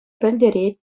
пӗлтерет